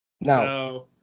Now